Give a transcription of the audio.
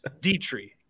Dietrich